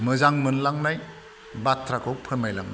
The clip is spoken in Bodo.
मोजां मोनलांनाय बाथ्राखौ फोरमायलाङो